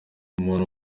umuntu